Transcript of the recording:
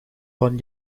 van